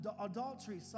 adultery